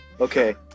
Okay